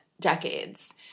decades